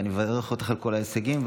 ואני מברך אותך על כל ההישגים.